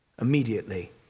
Immediately